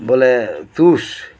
ᱵᱚᱞᱮ ᱛᱩᱥ